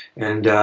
and.